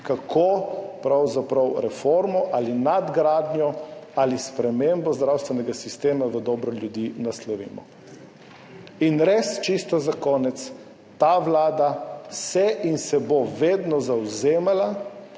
kako pravzaprav reformo ali nadgradnjo ali spremembo zdravstvenega sistema v dobro ljudi naslovimo. In res čisto za konec: ta vlada se in se bo vedno zavzemala